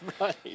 right